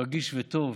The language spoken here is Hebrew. רגיש וטוב,